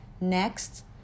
Next